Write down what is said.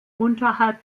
unterhalb